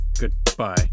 Goodbye